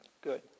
Good